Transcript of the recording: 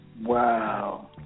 Wow